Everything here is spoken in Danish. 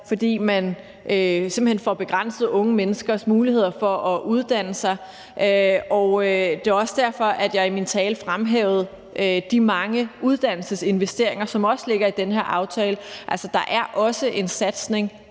fordi man simpelt hen får begrænset unge menneskers muligheder for at uddanne sig. Det var også derfor, jeg i min tale fremhævede de mange uddannelsesinvesteringer, som også ligger i den her aftale. Altså, der er også en satsning